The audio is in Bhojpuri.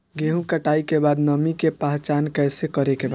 गेहूं कटाई के बाद नमी के पहचान कैसे करेके बा?